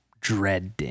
dreading